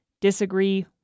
disagree